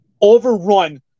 overrun